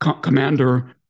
commander